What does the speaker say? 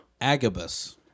Agabus